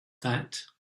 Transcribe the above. that